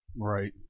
Right